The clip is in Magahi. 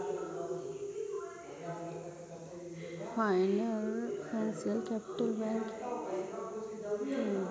फाइनेंशियल कैपिटल लगी बैंक से ऋण भी प्राप्त हो सकऽ हई